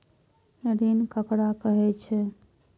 ऋण ककरा कहे छै?